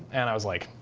and i was like,